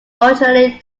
originally